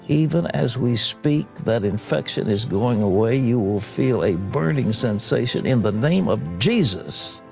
even as we speak, that infection is going away. you will feel a burning sensation in the name of jesus.